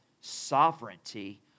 sovereignty